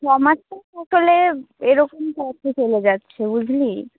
সকালে এরকম কতো চলে যাচ্ছে বুঝলি